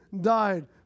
died